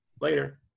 Later